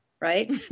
right